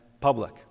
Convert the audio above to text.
public